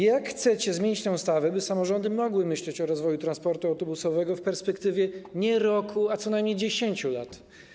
Jak chcecie zmienić tę ustawę, by samorządy mogły myśleć o rozwoju transportu autobusowego w perspektywie nie roku, a co najmniej 10 lat?